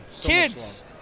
Kids